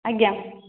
ଆଜ୍ଞା